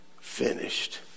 finished